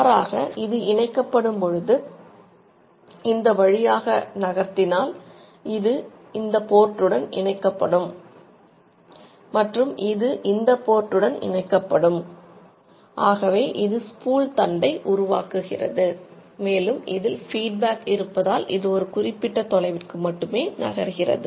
மாறாக இது இணைக்கப்படும் பொழுது இந்த வழியாக நகத்தினால் இது இந்த போர்ட்டுடன் இருப்பதால் இது ஒரு குறிப்பிட்ட தொலைவிற்கு மட்டுமே நகர்கிறது